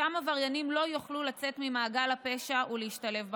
אותם עבריינים לא יוכלו לצאת ממעגל הפשע ולהשתלב בחברה.